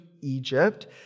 Egypt